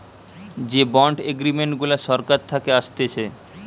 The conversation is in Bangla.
যে বন্ড এগ্রিমেন্ট গুলা সরকার থাকে আসতেছে